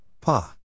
Pa